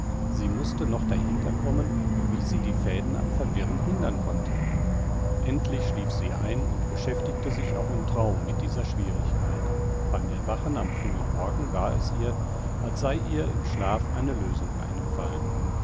sie mußte noch dahinterkommen wie sie die fäden am verwirren hindern konnte endlich schlief sie ein und beschäftigte sich auch im traum mit dieser schwierigkeit beim erwachen am frühen morgen war es ihr als sei ihr im schlaf eine lösung eingefallen